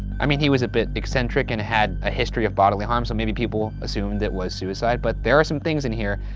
i mean, he was a bit eccentric, and had a history of bodily harm, so maybe people assumed it was suicide, but there are some things in here,